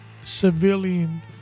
civilian